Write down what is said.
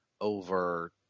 over